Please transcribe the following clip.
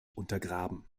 untergraben